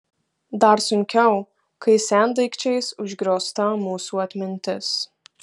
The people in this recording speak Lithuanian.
dar sunkiau kai sendaikčiais užgriozta mūsų atmintis